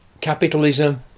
capitalism